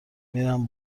میرم